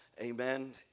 amen